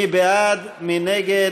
מי בעד?